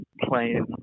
playing